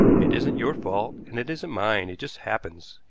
it isn't your fault, and it isn't mine. it just happens,